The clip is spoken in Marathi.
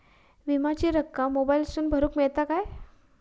विमाची रक्कम मोबाईलातसून भरुक मेळता काय?